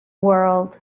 world